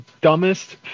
dumbest